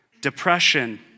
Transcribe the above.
depression